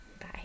Bye